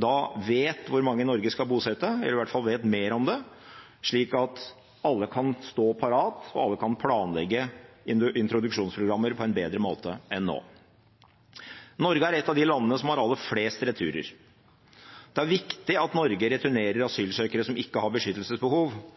da vet hvor mange Norge skal bosette – eller i hvert fall vet mer om det – slik at alle kan stå parat, og at alle kan planlegge introduksjonsprogrammer på en bedre måte enn nå. Norge er et av de landene som har aller flest returer. Det er viktig at Norge returnerer asylsøkere som ikke har beskyttelsesbehov,